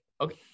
okay